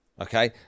Okay